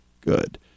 good